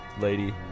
lady